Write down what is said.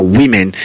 women